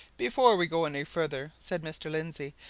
before we go any further, said mr. lindsey,